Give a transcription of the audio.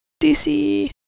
DC